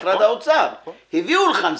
משרד האוצר הביאו לכאן,